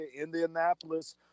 Indianapolis